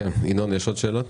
ינון, יש עוד שאלות?